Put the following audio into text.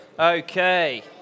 Okay